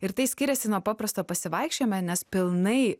ir tai skiriasi nuo paprasto pasivaikščiojome nes pilnai